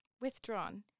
Withdrawn